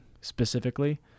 specifically